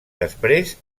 després